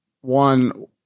One